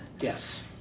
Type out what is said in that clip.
yes